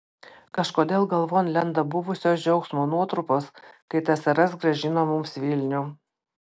kažkodėl galvon lenda buvusios džiaugsmo nuotrupos kai tsrs grąžino mums vilnių